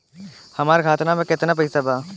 हमार खाता मे केतना पैसा बा?